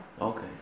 Okay